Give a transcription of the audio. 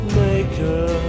maker